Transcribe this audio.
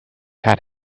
had